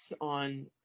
on